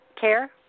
care